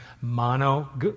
Mono